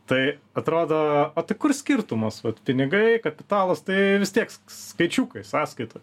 tai atrodo o tai kur skirtumas vat pinigai kapitalas tai vis tiek skaičiukai sąskaitoj